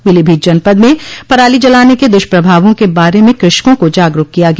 पीलीभीत जनपद में पराली जलाने के द्रष्प्रभावों के बारे में कृषकों को जागरूक किया गया